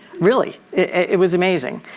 really, it was amazing.